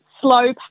slow